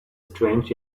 strange